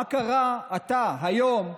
מה קרה עתה, היום,